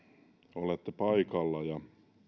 olette paikalla